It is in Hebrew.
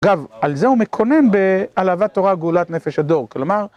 אגב, על זה הוא מקונן בעלוות תורה גאולת נפש הדור, כלומר...